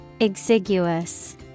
Exiguous